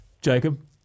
Jacob